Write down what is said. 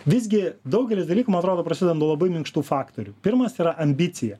visgi daugelis dalykų man atrodo prasideda nuo labai minkštų faktorių pirmas yra ambicija